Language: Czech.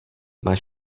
máš